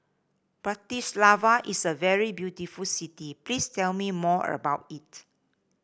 Bratislava is a very beautiful city please tell me more about it